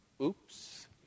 Oops